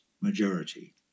majority